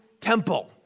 temple